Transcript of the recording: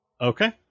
Okay